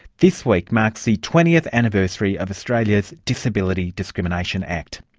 this week marks the twentieth anniversary of australia's disability discrimination act.